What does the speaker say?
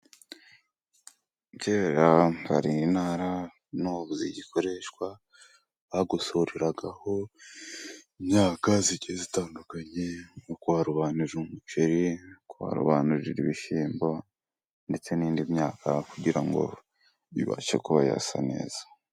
Kera hari intara n'ubu zigikoreshwa bagosoreragaho imyaka igiye itandukanye, nko kuharobanurira umuceri kuharobanurira ibishyimbo, ndetse n'indi myaka kugira ngo ibashe kuba yasa neza.